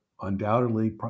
undoubtedly